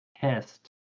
test